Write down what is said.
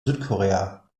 südkorea